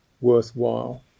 worthwhile